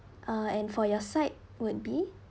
uh and for your side would be